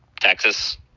Texas